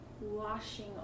washing